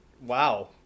Wow